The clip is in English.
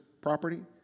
property